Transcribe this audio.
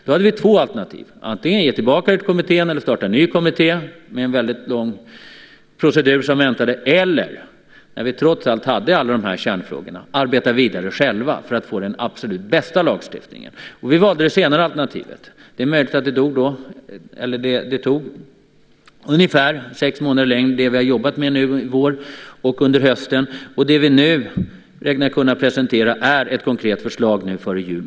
Då hade vi två alternativ, antingen skicka tillbaka det hela till kommittén, starta en ny kommitté - vilket skulle innebära en väldigt långdragen procedur - eller arbeta vidare själva för att få den absolut bästa lagstiftningen. Vi valde det senare alternativet. Det tog ungefär sex månader längre tid, och nu räknar vi med att kunna presentera ett konkret förslag nu före jul.